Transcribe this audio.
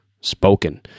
spoken